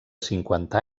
cinquanta